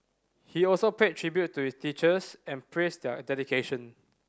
he also paid tribute to his teachers and praised their dedication